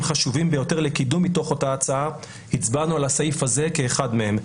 חשובים ביותר לקידום מתוך אותה הצעה הצבענו על הסעיף הזה כאחד מהם,